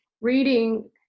reading